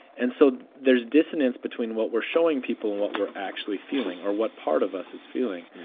and so there's dissonance between what we're showing people and what we're actually feeling or what part of us is feeling.